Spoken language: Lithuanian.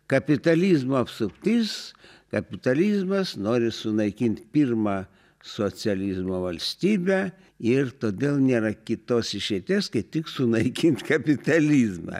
kapitalizmo apsuptis kapitalizmas nori sunaikint pirmą socializmo valstybę ir todėl nėra kitos išeities kai tik sunaikint kapitalizmą